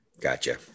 gotcha